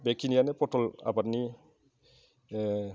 बेखिनियानो फथल आबादनि